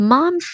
Mom